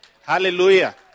Hallelujah